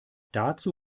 dazu